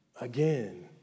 again